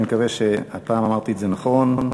אני מקווה שהפעם אמרתי את זה נכון.